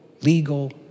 legal